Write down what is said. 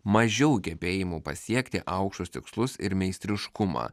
mažiau gebėjimų pasiekti aukštus tikslus ir meistriškumą